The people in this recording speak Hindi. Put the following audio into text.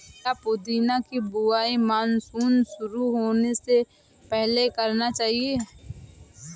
क्या पुदीना की बुवाई मानसून शुरू होने से पहले करना चाहिए?